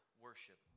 worship